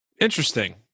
Interesting